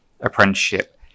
apprenticeship